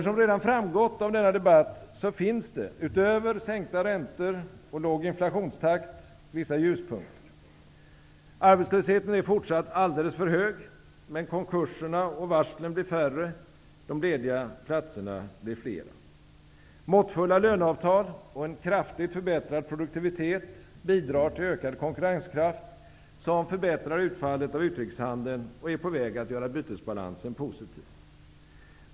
Som redan framgått av denna debatt, finns det utöver sänkta räntor och låg inflationstakt vissa ljuspunkter. Arbetslösheten är fortsatt alldeles för hög, men konkurserna och varslen blir färre och de lediga platserna flera. Måttfulla löneavtal och en kraftigt förbättrad produktivitet bidrar till ökad konkurrenskraft, som förbättrar utfallet av utrikeshandeln och är på väg att göra bytesbalansen positiv.